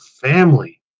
family